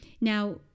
Now